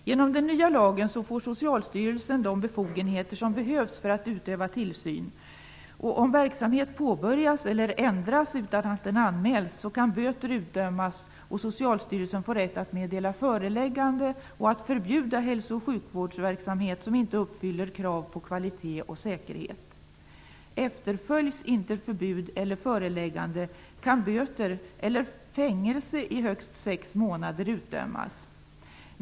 Genom den nya lagen får Socialstyrelsen de befogenheter som behövs för att utöva tillsyn. Om verksamhet påbörjas eller ändras utan att det anmäls kan böter utdömas och Socialstyrelsen får rätt att meddela förelägganden och förbjuda hälso och sjukvårdsverksamhet som inte uppfyller krav på kvalitet och säkerhet. Efterföljs inte förbud eller föreläggande kan böter eller fängelse i högst sex månader utdömas.